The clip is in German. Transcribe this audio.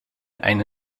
eine